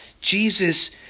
Jesus